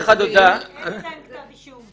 אין עדיין כתב אישום.